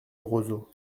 roseaux